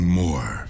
more